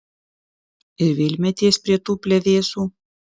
ir vėl meties prie tų plevėsų